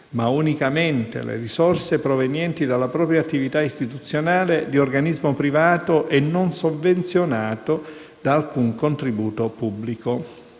ma unicamente le risorse provenienti dalla propria attività istituzionale di organismo privato e non sovvenzionato da alcun contributo pubblico.